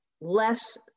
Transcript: less